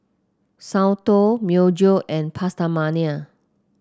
Soundteoh Myojo and PastaMania